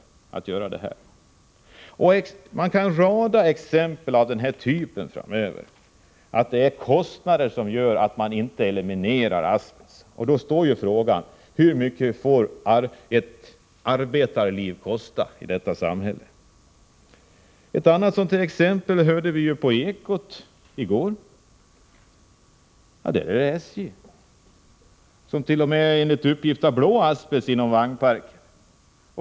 Man kan rada upp många exempel av den här typen — det är kostnaderna som gör att man inte eliminerar asbesten. Då uppstår frågan: Hur mycket får ett arbetarliv kosta i detta samhälle? Ett annat exempel hörde vi på Ekot i går. Det gällde SJ, som t.o.m. enligt uppgift har blå asbest i vagnparken.